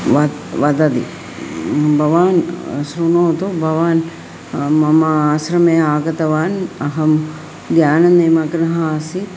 वद् वदति भवान् शृणोतु भवान् मम आश्रमे आगतवान् अहं ध्याननिमग्नः आसीत्